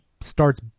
starts